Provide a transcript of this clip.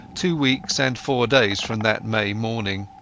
two weeks and four days from that may morning.